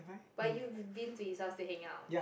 but you've been to his house to hang out